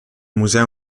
museo